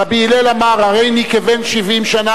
רבי הלל אמר: הריני כבן 70 שנה,